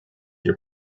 your